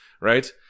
Right